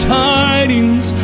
tidings